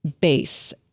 base